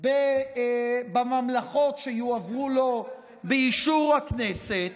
בממלכות שיועברו לו באישור הכנסת.